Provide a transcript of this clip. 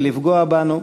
ולפגוע בנו,